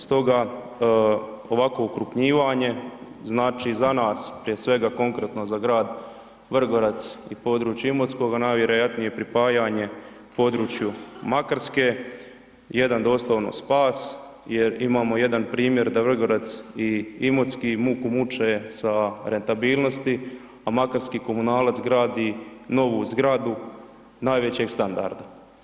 Stoga ovako okrupnjivanje znači za nas, prije svega konkretno za grad Vrgorac i područje Imotskog, najvjerojatnije pripajanje području Makarske, jedan doslovno spas jer imamo jedan primjer da Vrgorac i Imotski muku muče sa rentabilnosti, a Makarski komunalac gradi novu zgradu najvećeg standarda.